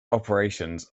operations